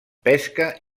pesca